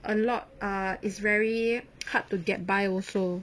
a lot ah is very hard to get by also